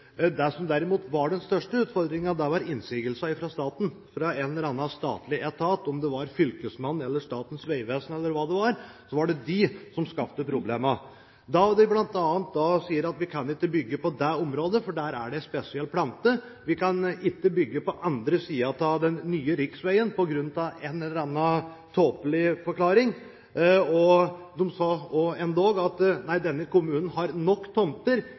Det som derimot var den største utfordringen, var innsigelser fra staten, fra en eller annen statlig etat, om det var Fylkesmannen, Statens vegvesen eller hva det var. Det var de som skapte problemene, da de bl.a. sier at vi ikke kan bygge på det området, for der er det en spesiell plante, og vi kan ikke bygge på andre siden av den nye riksveien på grunn av en eller annen tåpelig forklaring. De sa endog at denne kommunen har nok tomter